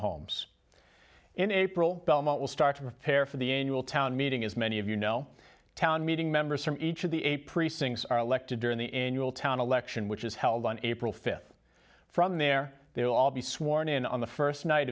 holmes in april belmont will start of the fair for the annual town meeting as many of you know town meeting members from each of the eight precincts are elected during the annual town election which is held on april fifth from there they will all be sworn in on the first night